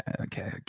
Okay